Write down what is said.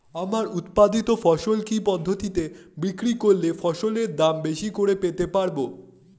আমার উৎপাদিত ফসল কি পদ্ধতিতে বিক্রি করলে ফসলের দাম বেশি করে পেতে পারবো?